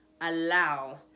Allow